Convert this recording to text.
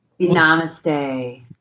Namaste